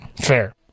Fair